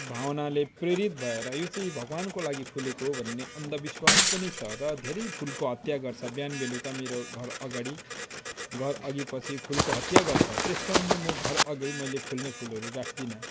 भावनाले प्रेरित भएर यो चाहिँ भगवानको लागि फुलेको हो भन्ने अन्धविश्वास पनि छ र धेरै फुलको हत्या गर्छ बिहान बेलुकी मेरो घर अगाडि घर अघिपछि फुलको हत्या गर्छ त्यस कारणले म घर अघि मैले फुल्ने फुलहरू राख्दिनँ